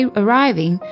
arriving